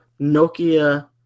Nokia